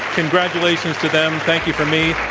congratulations to them. thank you from me,